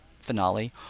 finale